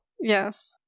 Yes